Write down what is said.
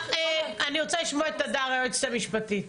אני רוצה לשמוע את הדר, היועצת המשפטית.